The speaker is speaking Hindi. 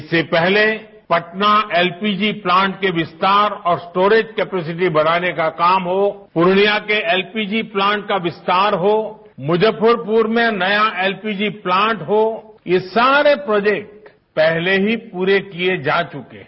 इससे पहले पटना एलपीजी प्लांट के विस्तार और स्टोरेज कैपेसिटी बनाने का काम हो पूर्णिया के एलपीजी प्लांट का विस्तार हो मुजफ्फरपुर में नया एलपीजी प्लांट हो ये सारे प्रोजेक्ट पहले ही पूरे किये जा चुके हैं